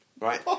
Right